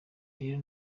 rero